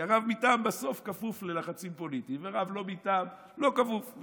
כי בסוף הרב מטעם כפוף ללחצים פוליטיים ורב לא מטעם לא כפוף.